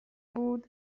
بود